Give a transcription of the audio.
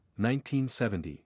1970